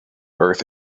earth